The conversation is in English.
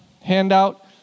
handout